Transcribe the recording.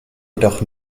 jedoch